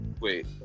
Wait